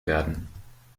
werden